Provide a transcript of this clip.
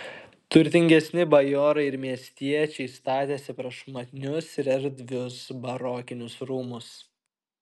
turtingesni bajorai ir miestiečiai statėsi prašmatnius ir erdvius barokinius rūmus